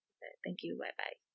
alright thank you bye bye